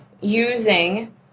using